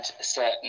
certain